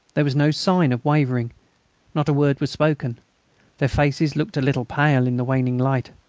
there was no sign of wavering not a word was spoken their faces looked a little pale in the waning light.